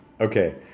Okay